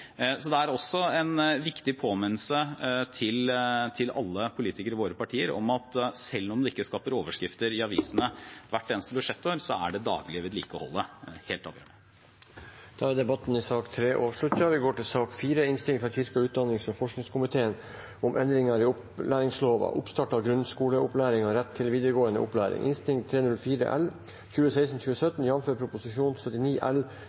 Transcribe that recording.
Så det er også en viktig påminnelse til alle politikere i våre partier om at selv om det ikke skaper overskrifter i avisene hvert eneste budsjettår, er det daglige vedlikeholdet helt avgjørende. Debatten i sak nr. 3 er avsluttet. Denne saken omhandler tre endringer i opplæringslova, og det er en samlet komité som stiller seg bak endringene som er foreslått. Den første gjelder oppstart av grunnskoleopplæring for barn som kommer til